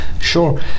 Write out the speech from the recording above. Sure